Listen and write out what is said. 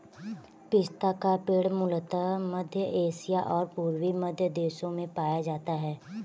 पिस्ता का पेड़ मूलतः मध्य एशिया और पूर्वी मध्य देशों में पाया जाता है